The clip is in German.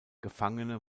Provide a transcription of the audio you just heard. gefangene